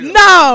no